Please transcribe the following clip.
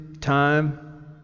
time